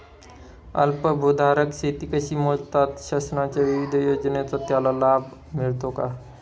अल्पभूधारक शेती कशी मोजतात? शासनाच्या विविध योजनांचा त्याला लाभ मिळतो का?